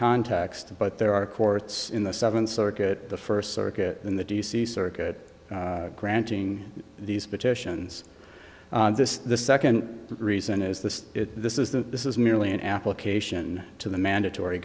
context but there are courts in the seventh circuit the first circuit in the d c circuit granting these petitions this is the second reason is this this is the this is merely an application to the mandatory